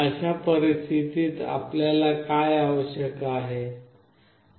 अशा परिस्थितीत आपल्याला काय आवश्यक आहे